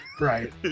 Right